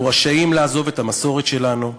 אנחנו רשאים לעזוב את המסורת שלנו?